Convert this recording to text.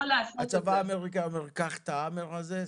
הצבא האמריקאי אומר קח את ההאמר הזה,